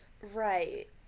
right